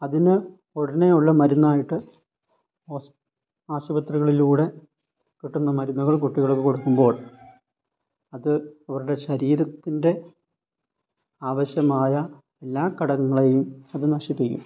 അതിന് ഉടനെയുള്ള മരുന്നായിട്ട് ആശുപതികളിലൂടെ കിട്ടുന്ന മരുന്നുകൾ കുട്ടികൾക്ക് കൊടുക്കുമ്പോൾ അത് അവരുടെ ശരീരത്തിൻ്റെ ആവശ്യമായ എല്ലാ ഘടകങ്ങളെയും അത് നശിപ്പിക്കും